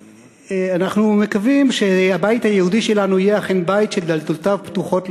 שאנחנו מקווים שהבית היהודי שלנו יהיה אכן בית שדלתותיו פתוחות לכולם,